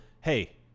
hey